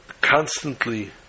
constantly